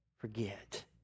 Forget